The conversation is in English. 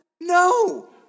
No